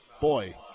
boy